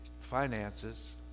finances